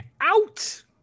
out